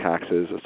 taxes